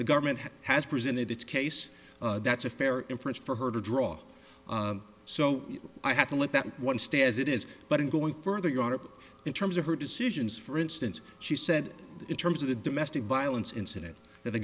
the government has presented its case that's a fair inference for her to draw so i have to let that one stay as it is but i'm going further europe in terms of her decisions for instance she said in terms of the domestic violence incident that the